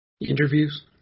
Interviews